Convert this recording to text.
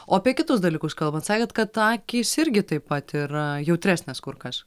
o apie kitus dalykus kalbant sakėt kad akys irgi taip pat yra jautresnės kur kas